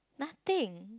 nothing